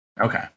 Okay